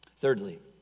Thirdly